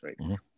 right